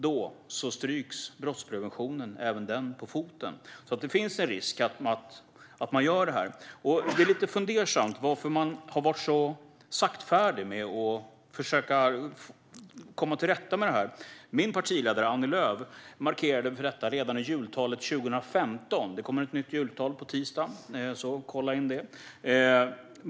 Då är det brottspreventionen som får stryka på foten. Det finns en risk i detta. Jag blir lite fundersam över varför man har varit så saktfärdig med att försöka komma till rätta med detta. Min partiledare, Annie Lööf, markerade detta redan i sitt jultal 2015. Det kommer ett nytt jultal på tisdag, så kolla in det.